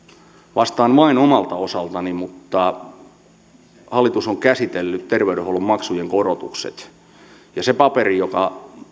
vastaan vain omalta osaltani hallitus on käsitellyt terveydenhuollon maksujen korotukset ja se paperi joka